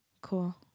Cool